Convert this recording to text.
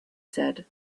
said